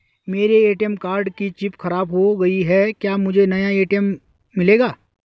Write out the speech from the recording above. मेरे ATM card की chip खराब हो गयी है क्या मुझे नया ए.टी.एम मिलेगा?